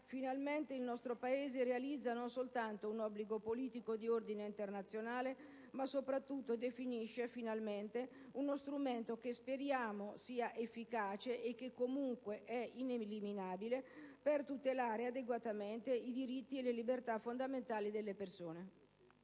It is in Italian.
Paese non solo ottempera finalmente ad un obbligo politico di ordine internazionale, ma soprattutto definisce uno strumento che speriamo sia efficace e che comunque è ineliminabile per tutelare adeguatamente i diritti e le libertà fondamentali delle persone.